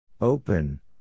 Open